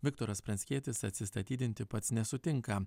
viktoras pranckietis atsistatydinti pats nesutinka